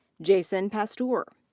jason pastoor.